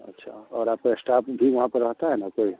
अच्छा और आपका इस्टाफ भी वहाँ पर रहता है ना कोई